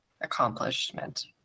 accomplishment